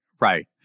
right